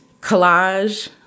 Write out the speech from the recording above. collage